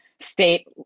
state